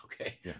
okay